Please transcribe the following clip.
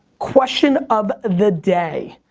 question of the day.